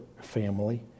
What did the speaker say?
family